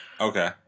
Okay